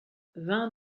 vingt